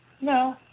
No